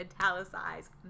italicized